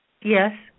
Yes